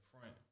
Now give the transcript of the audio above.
front